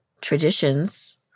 traditions